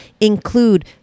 include